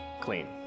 clean